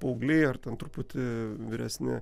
paaugliai ar ten truputį vyresni